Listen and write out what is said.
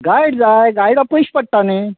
guide जाय गायडा पयशे पडटा न्ही